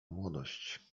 młodość